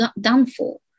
downfall